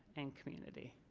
and community.